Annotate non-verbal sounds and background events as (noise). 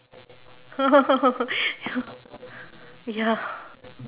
(laughs) ya ya